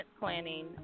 planning